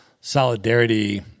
solidarity